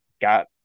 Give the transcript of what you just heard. got